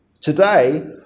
Today